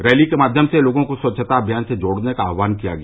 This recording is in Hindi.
रैली के माध्यम से लोगों को स्वच्छता अभियान से जोड़ने का आहवान किया गया